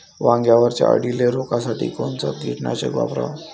वांग्यावरच्या अळीले रोकासाठी कोनतं कीटकनाशक वापराव?